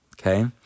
Okay